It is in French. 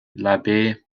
l’abbé